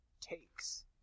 takes